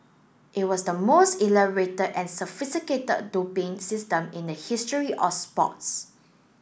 it was the most elaborated and sophisticated doping system in the history of sports